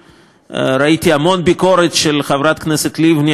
ראיתי המון ביקורת של חברת הכנסת לבני על הממשלה.